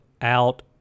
out